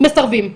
מסרבים בתוקף.